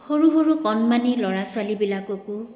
সৰু সৰু কণমানি ল'ৰা ছোৱালীবিলাককো